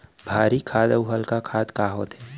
भारी खाद अऊ हल्का खाद का होथे?